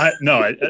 No